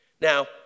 Now